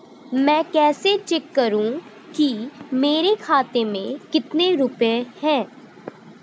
मैं कैसे चेक करूं कि मेरे खाते में कितने रुपए हैं?